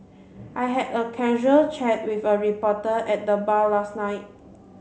I had a casual chat with a reporter at the bar last night